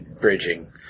bridging